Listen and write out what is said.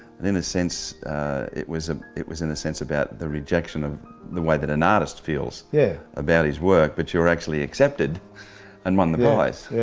and in a sense it was it was in a sense about the rejection of the way that an artist feels yeah. about his work. but you were actually accepted and won the prize.